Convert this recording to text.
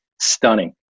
stunning